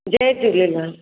Jay Jhulelal